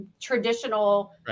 traditional